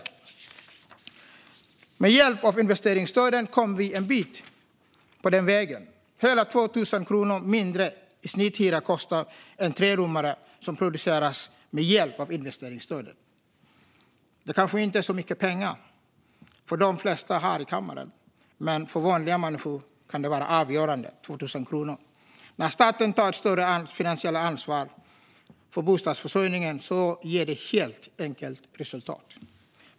Men med hjälp av investeringsstöden kom vi en bit på den vägen. Hela 2 000 kronor mindre i snitthyra kostar en trerummare som producerats med hjälp av investeringsstöd. Det kanske inte är så mycket för de flesta här i kammaren, men för vanliga människor kan 2 000 kronor vara avgörande. När staten tar ett större finansiellt ansvar för bostadsförsörjningen ger det helt enkelt resultat.